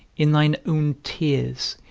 in thine own tears,